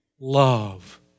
love